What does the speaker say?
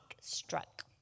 struck